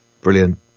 brilliant